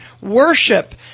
worship